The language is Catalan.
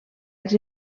els